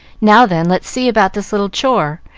now then, let's see about this little chore,